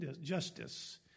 justice